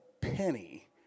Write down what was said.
penny